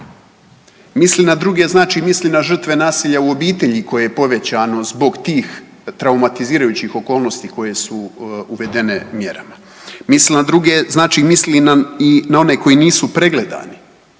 Misli na druge znači misli na žrtve nasilja u obitelji koje je povećano zbog tih traumatizirajućih okolnosti koje su uvedene mjerama. Misli na druge znači misli i na one koji nisu pregledani,